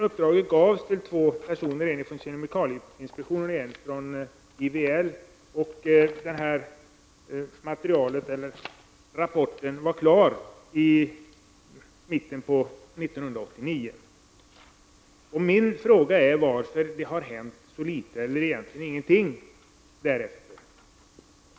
Uppdraget gavs till två personer, en från kemikalieinspektionen och en från IVL, och rapporten var klar i mitten av 1989. Min fråga är varför det har hänt så litet, eller egentligen ingenting, därefter.